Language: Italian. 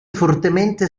fortemente